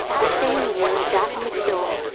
the same year a japanese film,